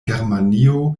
germanio